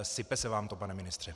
Sype se vám to, pane ministře.